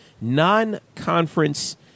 non-conference